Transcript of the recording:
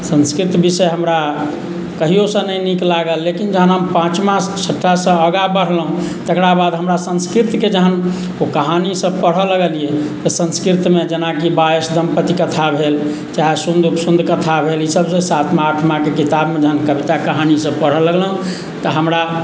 संस्कृत विषय हमरा कहियोसँ नहि नीक लागल लेकिन जखन हम पाँचवा छठासँ आगाँ बढ़लहुँ तकरा बाद हमरा संस्कृतके जखन ओ कहानीसभ पढ़ऽ लगलियै संस्कृतमे जेनाकि वायुस्तम्भ पति कथा भेल चाहे सुन्द उपसुन्द कथा भेल ई सभ जे सातमा आठमाके किताबमे जखन कविता कहानी ईसभ पढ़य लगलहुँ तऽ हमरा